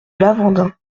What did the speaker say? lavandin